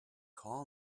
call